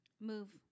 move